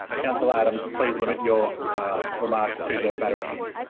councillor adams, please limit your remarks to the matter at hand.